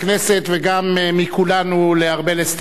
וגם מכולנו לארבל אסטרחן,